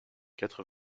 quatre